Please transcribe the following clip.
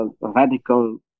radical